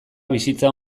bizitza